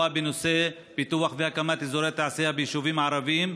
בנושא פיתוח והקמה של אזורי תעשייה ביישובים ערביים,